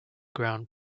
grand